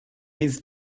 his